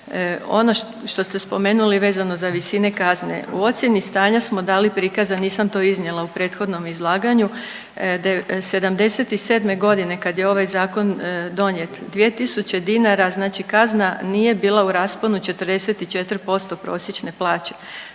Ono što ste spomenuli vezano za visine kazne, u ocjeni stanja smo dali prikaz, a nisam to iznijela u prethodnom izlaganju, '77. godine kad je ovaj zakon donijet 2 tisuće dinara znači kazna nije bila u rasponu 44% prosječne plaće.